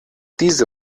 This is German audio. diese